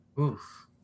Oof